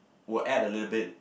will add a little bit